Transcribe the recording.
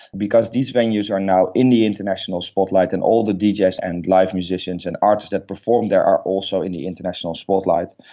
because these venues are now in the international spotlight and all the the djs and live musicians and artists that perform there are also in the international spotlight.